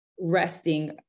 Resting